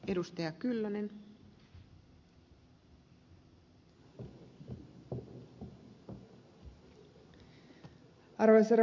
arvoisa rouva puhemies